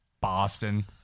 Boston